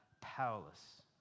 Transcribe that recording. powerless